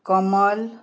Kamal